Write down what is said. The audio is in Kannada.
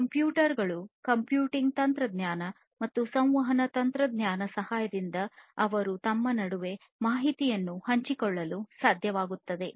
ಕಂಪ್ಯೂಟರ್ಗಳು ಕಂಪ್ಯೂಟಿಂಗ್ ತಂತ್ರಜ್ಞಾನ ಮತ್ತು ಸಂವಹನ ತಂತ್ರಜ್ಞಾನ ಸಹಾಯದಿಂದ ಅವರು ತಮ್ಮ ನಡುವೆ ಮಾಹಿತಿಯನ್ನು ಹಂಚಿಕೊಳ್ಳಲು ಸಾಧ್ಯವಾಗುತ್ತದೆ